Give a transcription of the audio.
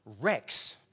Rex